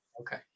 okay